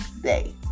day